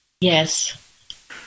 Yes